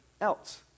else